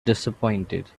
disappointed